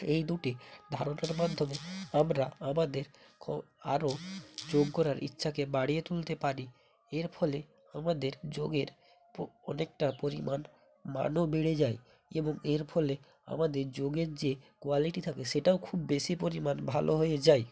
এই দুটি ধারণার মাধ্যমে আমরা আমাদের ক আরো যোগ করার ইচ্ছাকে বাড়িয়ে তুলতে পারি এর ফলে আমাদের যোগের প অনেকটা পরিমাণ মানও বেড়ে যায় এবং এর ফলে আমাদের যোগের যে কোয়ালিটি থাকে সেটাও খুব বেশি পরিমাণ ভালো হয়ে যায়